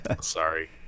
Sorry